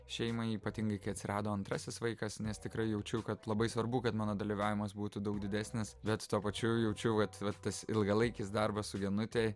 šeimai ypatingai kai atsirado antrasis vaikas nes tikrai jaučiu kad labai svarbu kad mano dalyvavimas būtų daug didesnis bet tuo pačiu jaučiau vat vat tas ilgalaikis darbas su genute